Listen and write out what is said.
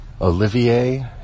Olivier